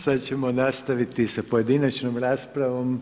Sada ćemo nastaviti sa pojedinačnom raspravom.